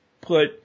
put